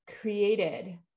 created